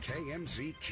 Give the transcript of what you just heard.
KMZQ